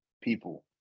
people